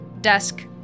desk